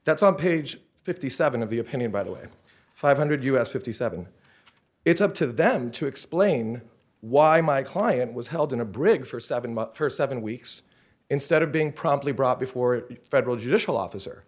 that's on page fifty seven of the opinion by the way five hundred u s fifty seven it's up to them to explain why my client was held in a brig for seven months for seven weeks instead of being promptly brought before a federal judicial officer